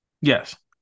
Yes